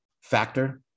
factor